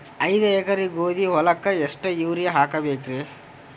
ಐದ ಎಕರಿ ಗೋಧಿ ಹೊಲಕ್ಕ ಎಷ್ಟ ಯೂರಿಯಹಾಕಬೆಕ್ರಿ?